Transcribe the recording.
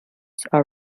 are